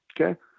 Okay